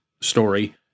story